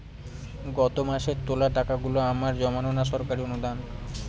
গত মাসের তোলা টাকাগুলো আমার জমানো না সরকারি অনুদান?